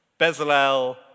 Bezalel